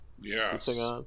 yes